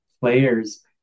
players